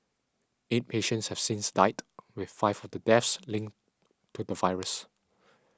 eight patients have since died with five of the deaths linked to the virus